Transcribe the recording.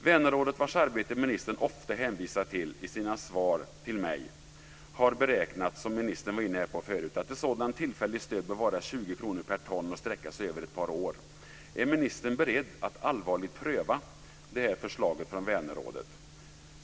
Vänerrådet, vars arbete ministern ofta hänvisar till i sina svar till mig, har beräknat att ett sådant tillfälligt stöd bör vara 20 kr per ton och sträcka sig över ett par år. Är ministern beredd att allvarligt pröva det här förslaget från Vänerrådet?